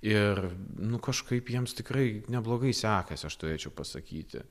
ir nu kažkaip jiems tikrai neblogai sekasi aš turėčiau pasakyti